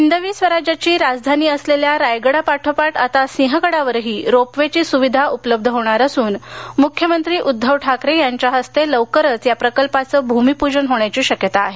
हिंदवी स्वराज्याची राजधानी असलेल्या रायगडापाठोपाठ आता सिंहगडावरही रोप वे ची सुविधा उपलब्ध होणार असून मुख्यमंत्री उद्धव ठाकरे यांच्या हस्ते लवकरच या प्रकल्पाचं भूमिपूजन होण्याची शक्यता आहे